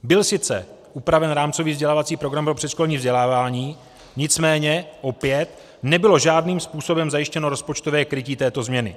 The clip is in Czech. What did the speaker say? Byl sice upraven rámcový vzdělávací program pro předškolní vzdělávání, nicméně opět nebylo žádným způsobem zajištěno rozpočtové krytí této změny.